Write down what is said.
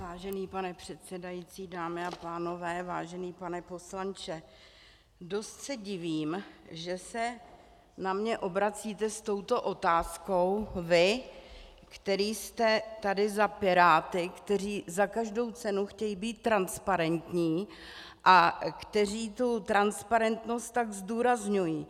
Vážený pane předsedající, dámy a pánové, vážený pane poslanče, dost se divím, že se na mě obracíte s touto otázkou vy, který jste tady za Piráty, kteří za každou cenu chtějí být transparentní a kteří tu transparentnost tak zdůrazňují.